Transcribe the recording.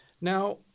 Now